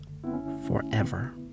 forever